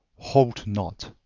halt not.